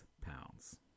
pounds